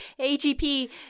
AGP